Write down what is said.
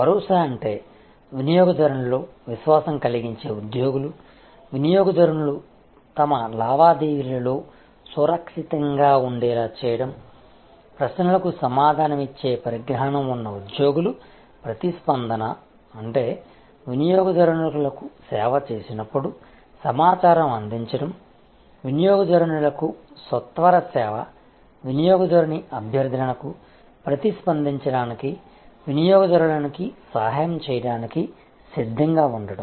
భరోసా అంటే వినియోగదారునిలలో విశ్వాసం కలిగించే ఉద్యోగులు వినియోగదారునిలు తమ లావాదేవీలలో సురక్షితంగా ఉండేలా చేయడం ప్రశ్నలకు సమాధానమిచ్చే పరిజ్ఞానం ఉన్న ఉద్యోగులు ప్రతిస్పందన అంటే వినియోగదారునిలకు సేవ చేసినప్పుడు సమాచారం అందించడం వినియోగదారునిలకు సత్వర సేవ వినియోగదారుని అభ్యర్థనకు ప్రతిస్పందించడానికి వినియోగదారునిలకు సహాయం చేయడానికి సిద్ధంగా ఉండటం